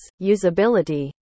usability